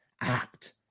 act